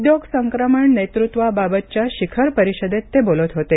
उद्योग संक्रमण नेतृत्वाबाबतच्या शिखर परिषदेत ते बोलत होते